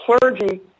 clergy